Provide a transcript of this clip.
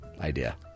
idea